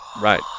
Right